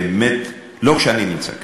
באמת, לא כשאני נמצא כאן.